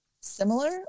similar